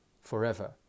forever